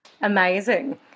Amazing